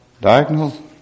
diagonal